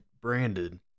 branded